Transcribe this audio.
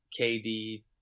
KD